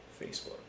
Facebook